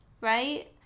right